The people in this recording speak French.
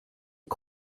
les